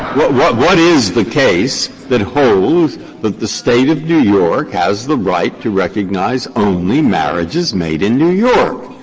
what what what is the case that holds that the state of new york has the right to recognize only marriages made in new york?